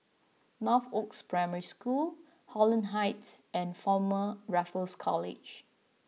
Northoaks Primary School Holland Heights and Former Raffles College